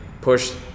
push